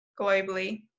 globally